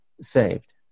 saved